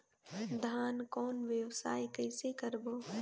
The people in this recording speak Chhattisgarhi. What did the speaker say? धान कौन व्यवसाय कइसे करबो?